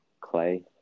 Clay